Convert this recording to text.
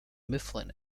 mifflin